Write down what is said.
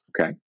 Okay